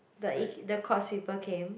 the ike~ the Courts people came